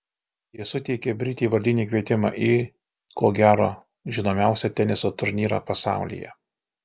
jie suteikė britei vardinį kvietimą į ko gero žinomiausią teniso turnyrą pasaulyje